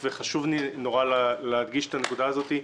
וחשוב לי מאוד להדגיש את הנקודה הזאת.